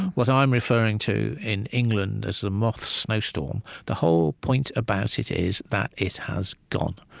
what i'm referring to in england as the moth snowstorm the whole point about it is that it has gone.